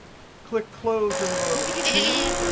click close and load to.